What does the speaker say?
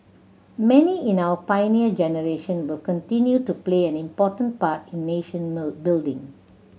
many in our Pioneer Generation will continue to play an important part in nation building